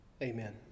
Amen